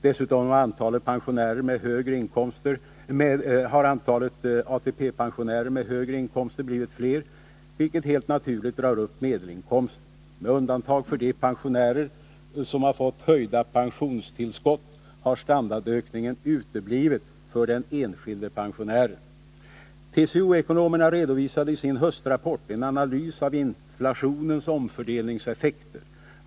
Dessutom har antalet ATP-pensionärer med högre inkomster blivit fler, vilket helt naturligt drar upp medelinkomsten. Med undantag för de pensionärer som har fått höjda pensionstillskott har standardökningen uteblivit för den enskilde pensionären. TCO-ekonomerna redovisade i sin höstrapport en analys av inflationens omfördelningseffekter.